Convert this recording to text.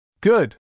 good